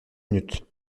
minutes